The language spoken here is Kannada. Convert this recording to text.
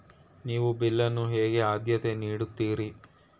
ನೀವು ಬಿಲ್ ಅನ್ನು ಹೇಗೆ ಆದ್ಯತೆ ನೀಡುತ್ತೀರಿ?